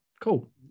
Cool